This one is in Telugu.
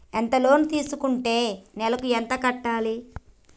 ఎంత లోన్ తీసుకుంటే నెలకు ఎంత కట్టాలి?